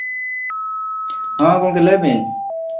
ᱦᱚᱸ ᱜᱚᱝᱠᱮ ᱞᱟᱹᱭ ᱵᱤᱱ